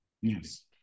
Yes